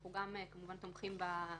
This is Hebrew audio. אנחנו גם תומכים כמובן